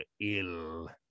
ill